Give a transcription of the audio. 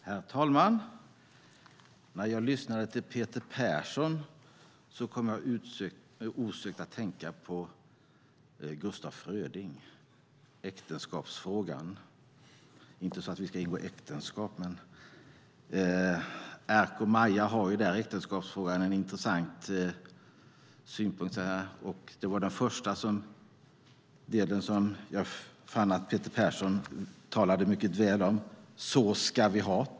Herr talman! När jag lyssnade till Peter Persson kom jag osökt att tänka på Gustav Fröding, Äktenskapsfrågan . Det är inte så att vi ska ingå äktenskap. Men Erk och Maja har i Äktenskapsfrågan en intressant synpunkt. Det var den första delen som jag fann att Peter Persson talade mycket väl om: Så ska vi ha't.